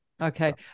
okay